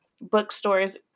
bookstores